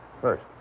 First